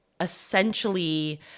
essentially